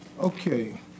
Okay